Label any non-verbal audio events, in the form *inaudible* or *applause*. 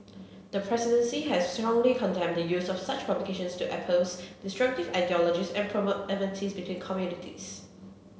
the presidency has strongly condemned the use of such publications to *unintelligible* destructive ideologies and promote enmities between communities